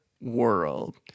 world